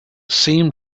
seemed